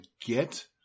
get